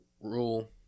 rule